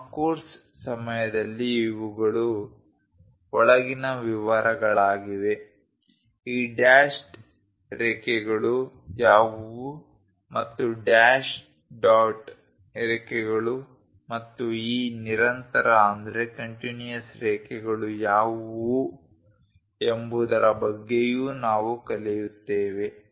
ನಮ್ಮ ಕೋರ್ಸ್ ಸಮಯದಲ್ಲಿ ಇವುಗಳು ಒಳಗಿನ ವಿವರಗಳಾಗಿವೆ ಈ ಡ್ಯಾಶ್ಡ್ ರೇಖೆಗಳು ಯಾವುವು ಮತ್ತು ಡ್ಯಾಶ್ ಡಾಟ್ ರೇಖೆಗಳು ಮತ್ತು ಈ ನಿರಂತರ ರೇಖೆಗಳು ಯಾವುವು ಎಂಬುದರ ಬಗ್ಗೆಯೂ ನಾವು ಕಲಿಯುತ್ತೇವೆ